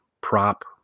prop